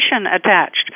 attached